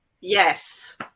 Yes